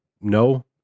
no